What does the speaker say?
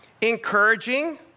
encouraging